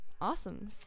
Awesome